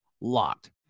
LOCKED